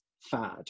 fad